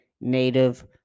native